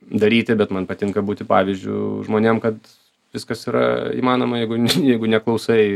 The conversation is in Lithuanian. daryti bet man patinka būti pavyzdžiu žmonėm kad viskas yra įmanoma jeigu n jeigu neklausai